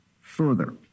Further